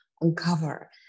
uncover